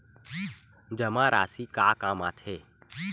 जमा राशि का काम आथे?